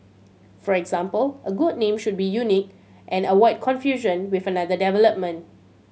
for example a good name should be unique and avoid confusion with another development